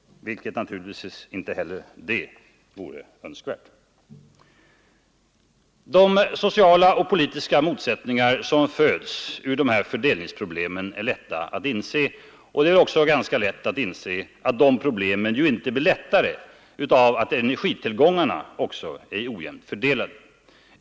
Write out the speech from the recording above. De sociala och politiska motsättningar som föds ur dessa fördelningsproblem är lätta att inse, och problemen blir ju inte mindre av att även energitillgångarna är ojämnt fördelade.